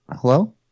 hello